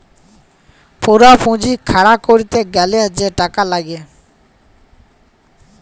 পুরা পুঁজি খাড়া ক্যরতে গ্যালে যে টাকা লাগ্যে